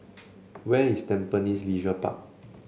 where is Tampines Leisure Park